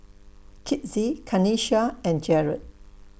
Kizzie Kanisha and Jered